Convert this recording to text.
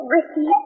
Ricky